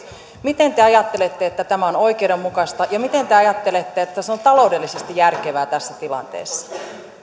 miten te ajattelette että tämä on oikeudenmukaista ja miten te ajattelette että se on taloudellisesti järkevää tässä tilanteessa